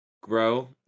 grow